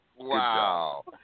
Wow